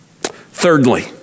Thirdly